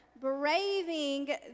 braving